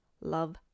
Love